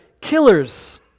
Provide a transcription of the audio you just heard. killers